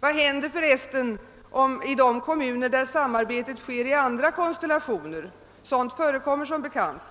Vad händer för resten i de kommuner där samarbetet sker i andra konstellationer? Sådant förekommer som bekant.